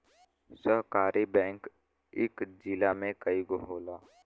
सहकारी बैंक इक जिला में कई गो होला